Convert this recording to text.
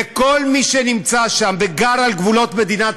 וכל מי שנמצא שם וגר על גבולות מדינת